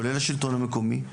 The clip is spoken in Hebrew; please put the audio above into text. כולל השלטון המקומי,